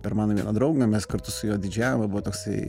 per mano vieną draugą mes kartu su juo didžėjavom buvo toksai